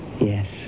yes